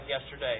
yesterday